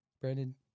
Brandon